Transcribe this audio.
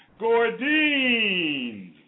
Gordine